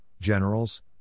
generals